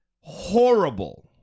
horrible